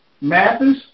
Mathis